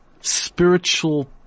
spiritual